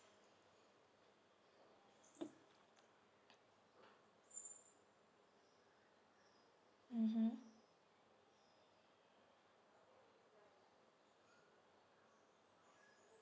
mmhmm